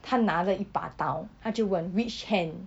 他拿了一把刀他就问 which hand